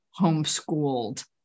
homeschooled